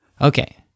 okay